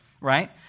right